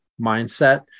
mindset